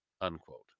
unquote